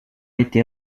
été